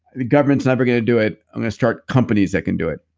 the government's never gonna do it. i'm gonna start companies that can do it.